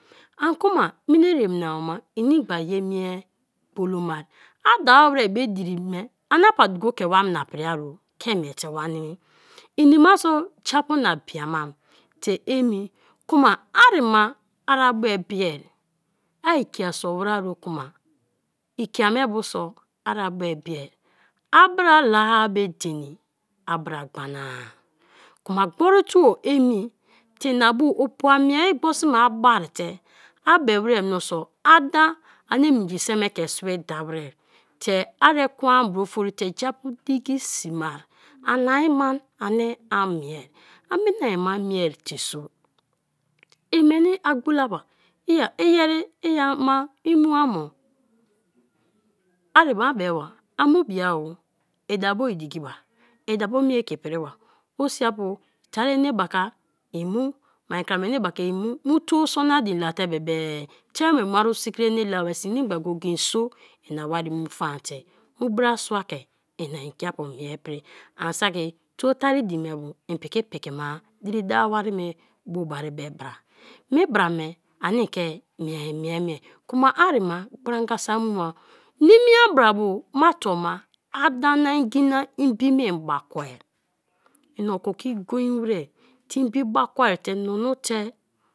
An kuma me eremña wo me ma inim-gba ye mie gbolo ma-i a dawo were be diri me ani-pa duka ke wamna pri-o ke miete ea nimi ini ma so ja-apu na biamam te emi kuma arima a ri bu bia, a ikia so weri o kuma ikia me buso aribubia; aba la-a me deni abra gbana-a kma gbori tuo emi te ina bu opumieai gbosima a bai te a be were mioso a da ani minji se me ke sibi da wra te ari ekwen bra fori te japu diki si mai ani-ma ani a mie; amina-a ma mie te so i meni a gbola be eya ìyèrì ì-ama i mua mo? Arima a be ba amu bia o ida bo idikiba, i-da bo mie ke priba osiaputari ne baka, imu, mai krama enebaka imu, mu tuo sonone late bebe tre me imu arusikrine la ba saki inigba go-go-e iso ina wari mu faante mu brasua ke inangiapu mie prian saki tuo tarine me bu im piki piko ma diri dawo wari me bo baribe bra; me bra me ani ke miea mie mie kma arima gbara gan so a mua nimia bra bo ma tuoma a da na ngi na mbi miei i gbakwa ani oko ke i gin were te mbi gbakwa te nunu te.